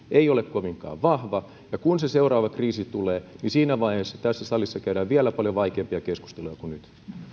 ei ole kovinkaan vahva ja kun se seuraava kriisi tulee niin siinä vaiheessa tässä salissa käydään vielä paljon vaikeampia keskusteluja kuin nyt